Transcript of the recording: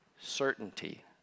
certainty